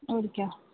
okay